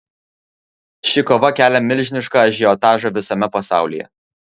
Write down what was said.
ši kova kelia milžinišką ažiotažą visame pasaulyje